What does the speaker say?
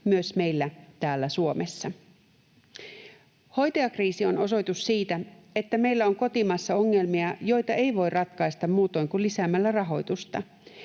myös meillä täällä Suomessa. Hoitajakriisi on osoitus siitä, että meillä on kotimaassa ongelmia, joita ei voi ratkaista muutoin kuin lisäämällä rahoitusta.